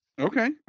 Okay